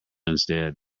instead